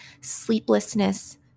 sleeplessness